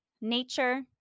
nature